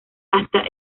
hasta